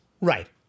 Right